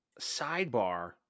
sidebar